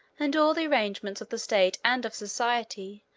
and all the arrangements of the state and of society,